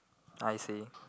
I see